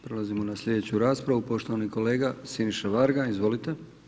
Prelazimo na sljedeću raspravu, poštovani kolega Siniša Varga, izvolite.